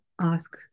ask